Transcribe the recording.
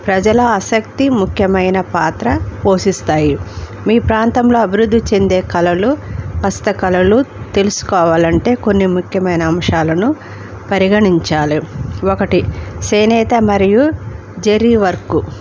ప్రజల ఆసక్తి ముఖ్యమైన పాత్ర పోషిస్తాయి మీ ప్రాంతంలో అభివృద్ధి చెందే కళలు హస్త కళలు తెలుసుకోవాలంటే కొన్ని ముఖ్యమైన అంశాలను పరిగణించాలి ఒకటి చేనేత మరియు జరీ వర్కు